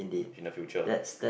in the future